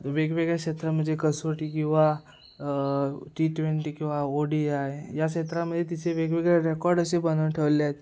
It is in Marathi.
वेगवेगळ्या क्षेत्रा म्हणजे कसोटी किंवा टी ट्वेंटी किंवा ओ डी आय या क्षेत्रामध्ये तिचे वेगवेगळे रेकॉर्ड असे बनवून ठेवले आहेत